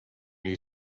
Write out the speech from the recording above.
you